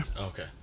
Okay